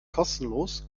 kostenlos